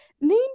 name